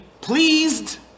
pleased